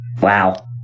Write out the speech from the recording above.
wow